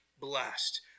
blessed